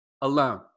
alone